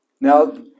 Now